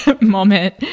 moment